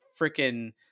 freaking